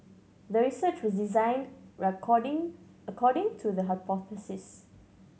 the research was designed according to the hypothesis